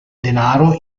denaro